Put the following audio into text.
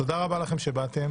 תודה רבה לכם שבאתם,